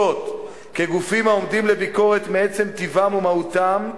כגופים העומדים לביקורת מעצם טיבם ומהותם,